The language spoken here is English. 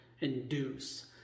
induce